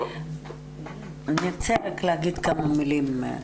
אני ארצה להגיד כמה מילים.